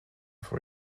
for